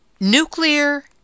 Nuclear